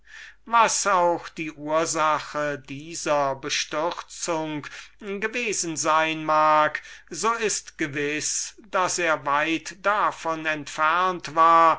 was auch die ursache dieser bestürzung gewesen sein mag so ist gewiß daß er weit davon entfernt war